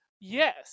Yes